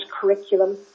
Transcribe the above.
curriculum